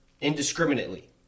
indiscriminately